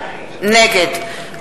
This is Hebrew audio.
נגד נגד מה?